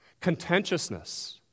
contentiousness